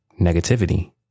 negativity